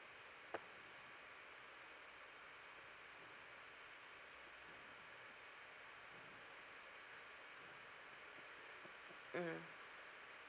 mm